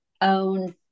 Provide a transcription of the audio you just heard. own